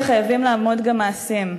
חייבים לעמוד גם מעשים.